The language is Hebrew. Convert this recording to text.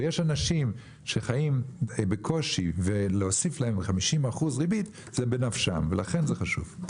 אבל יש אנשים שחיים בקושי ולהוסיף להם 50% ריבית זה בנפשם ולכן זה חשוב.